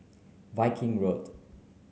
Viking Road